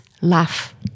laugh